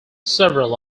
several